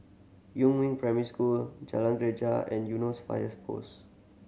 Yumin Primary School Jalan Greja and Eunos Fires Post